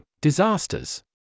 disasters